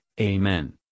Amen